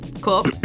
Cool